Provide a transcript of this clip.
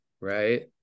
right